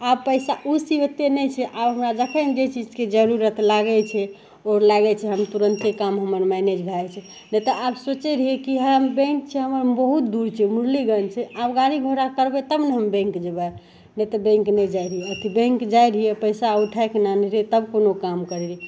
आब पइसा ओ से ओतेक नहि छै आब हमरा जखन जे चीजके जरूरत लागै छै आओर लागै छै हम तुरन्ते काम हमर मैनेज भै जाइ छै नहि तऽ आब सोचै रहिए कि हम बैँक छै हमर बहुत दूर छै मुरलीगञ्ज छै आब गाड़ी घोड़ा करबै तब ने बैँक जएबै नहि तऽ बैँक नहि जाइ रहिए बैँक जाइ रहिए पइसा उठैके ने आनै रहिए तब कोनो काम करै रहिए